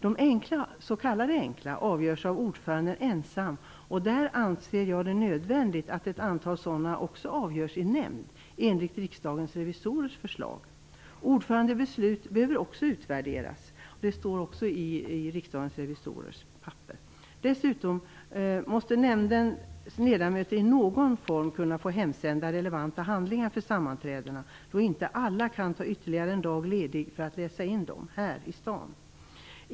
De s.k. enkla avgörs av ordföranden ensam, och jag anser att det är nödvändigt att ett antal sådana också avgörs i nämnd enligt Riksdagens revisorers förslag. Ordförandebeslut behöver också utvärderas. Det står också i Riksdagens revisorers papper. Dessutom måste nämndens ledamöter i någon form kunna få relevanta handlingar för sammanträdena hemsända, då inte alla kan ta ytterligare en dag ledigt för att läsa in dem här i stan.